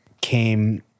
came